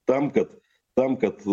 tam kad tam kad